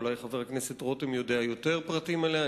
אולי חבר הכנסת רותם יודע יותר פרטים עליה,